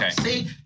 Okay